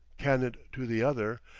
cannoned to the other,